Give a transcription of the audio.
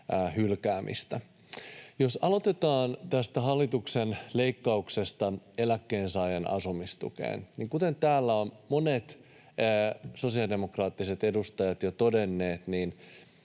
hylkäämistä. Jos aloitetaan tästä hallituksen leikkauksesta eläkkeensaajan asumistukeen, niin kuten täällä ovat monet sosiaalidemokraattiset edustajat jo todenneet, tämä